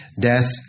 death